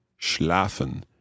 schlafen